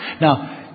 Now